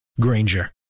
Granger